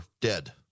dead